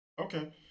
Okay